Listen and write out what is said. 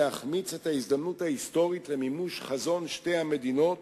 להחמיץ את ההזדמנות ההיסטורית למימוש חזון שתי המדינות